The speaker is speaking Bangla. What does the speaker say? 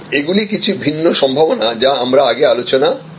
এগুলি কিছু ভিন্ন সম্ভাবনা যা আমরা আগে আলোচনা করেছি